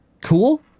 cool